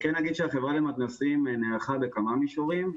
החברה למתנ"סים נערכה בכמה מישורים.